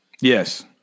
Yes